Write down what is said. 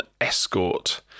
Escort